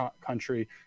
country